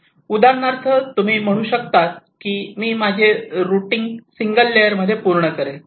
उदाहरणार्थ तुम्ही म्हणू शकतात की मी माझे रुटे रुटींग सिंगल लेयर मध्ये पूर्ण करेल